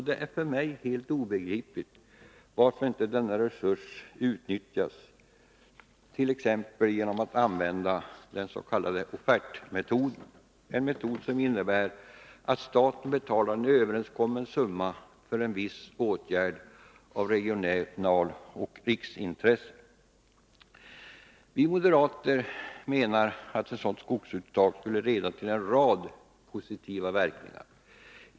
Det är för mig helt obegripligt att denna resurs inte utnyttjas, t.ex. genom att man använder den s.k. offertmetoden. Offertmetoden innebär att staten betalar en överenskommen summa för en viss åtgärd av regionaloch riksintresse. Vi moderater menar att ett sådant skogsuttag skulle leda till en rad positiva verkningar.